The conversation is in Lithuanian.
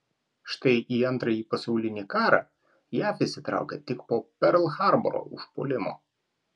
štai į antrąjį pasaulinį karą jav įsitraukė tik po perl harboro užpuolimo